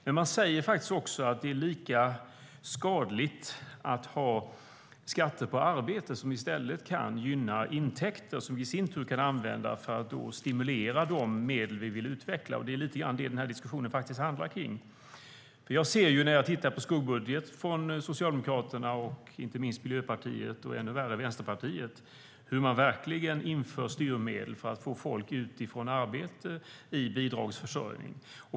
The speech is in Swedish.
Men den säger också att det är lika skadligt att ha skatter på arbete som i stället kan gynna intäkter, vilka i sin tur kan användas för att stimulera de medel vi vill utveckla. Det är lite grann det den här diskussionen faktiskt handlar om. När jag tittar på skuggbudgetar från Socialdemokraterna och inte minst Miljöpartiet - och, ännu värre, Vänsterpartiet - ser jag hur man verkligen inför styrmedel för att få folk ut från arbete i bidragsförsörjning.